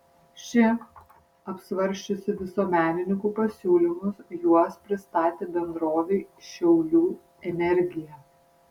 ši apsvarsčiusi visuomenininkų pasiūlymus juos pristatė bendrovei šiaulių energija